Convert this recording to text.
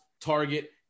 target